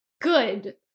good